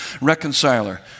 reconciler